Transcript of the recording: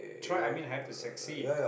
try I mean I have to succeed